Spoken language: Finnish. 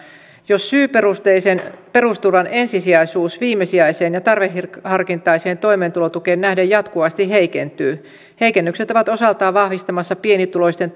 jos syyperusteisen perusturvan ensisijaisuus viimesijaiseen ja tarveharkintaiseen toimeentulotukeen nähden jatkuvasti heikentyy heikennykset ovat osaltaan vahvistamassa pienituloisten